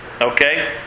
Okay